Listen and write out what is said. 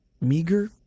meager